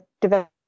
develop